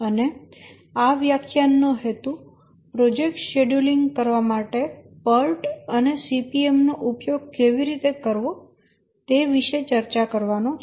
અને આ વ્યાખ્યાન નો હેતુ પ્રોજેક્ટ શેડ્યુલીંગ કરવા માટે PERT અને CPM નો ઉપયોગ કેવી રીતે કરવો તે વિશે ચર્ચા કરવાનો છે